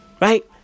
Right